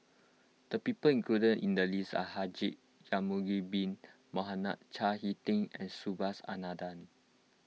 the people included in the list are Haji Ya'Acob Bin Mohamed Chao Hick Tin and Subhas Anandan